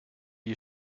you